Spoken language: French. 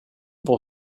pour